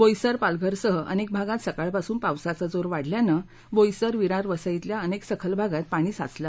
बोईसर पालघरसह अनेक भागांत सकाळपासून पावसाचा जोर वाढल्यानं बोईसर विरार वसईमधल्या अनेक सखल भागात पाणी साचलं